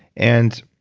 and